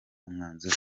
umwanzuro